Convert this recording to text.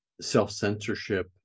self-censorship